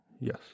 yes